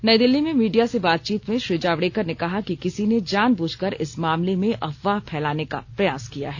नई दिल्ली में मीडिया से बातचीत में श्री जावडेकर ने कहा कि किसी ने जानबूझ कर इस मामले में अफवाह फैलाने का प्रयास किया है